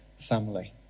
family